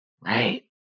right